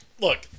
Look